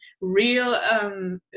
real